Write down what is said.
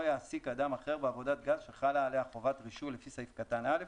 יעסיק אדם אחר בעבודת גז שחלה עליה חובת רישוי לפי סעיף קטן (א),